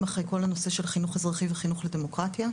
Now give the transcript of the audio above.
אחרי כל הנושא של חינוך אזרחי וחינוך לדמוקרטיה,